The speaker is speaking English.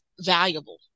valuable